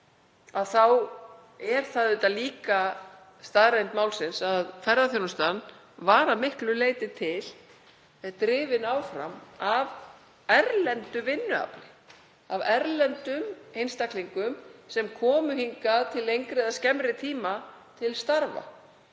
auðvitað líka staðreynd málsins að ferðaþjónustan var að miklu leyti til drifin áfram af erlendu vinnuafli, af erlendum einstaklingum sem komu hingað til lengri eða skemmri tíma til starfa.